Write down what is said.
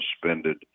suspended